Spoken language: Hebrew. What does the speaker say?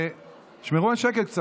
ותשמרו קצת על שקט.